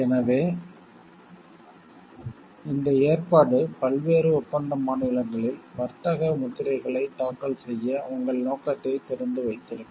எனவே இந்த ஏற்பாடு பல்வேறு ஒப்பந்த மாநிலங்களில் வர்த்தக முத்திரைகளை தாக்கல் செய்ய உங்கள் நோக்கத்தைத் திறந்து வைத்திருக்கும்